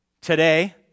today